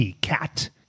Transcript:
Cat